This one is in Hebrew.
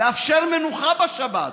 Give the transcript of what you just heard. לאפשר מנוחה בשבת.